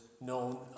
known